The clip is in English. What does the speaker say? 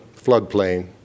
floodplain